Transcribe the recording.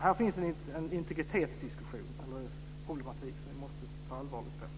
Här finns en integritetsproblematik som vi måste ta allvarligt på.